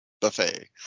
Buffet